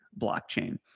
blockchain